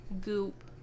goop